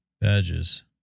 Badges